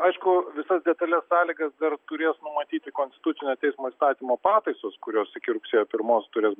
aišku visas detales sąlygas dar turės numatyti konstitucinio teismo įstatymo pataisos kurios iki rugsėjo pirmos turės